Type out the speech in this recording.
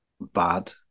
bad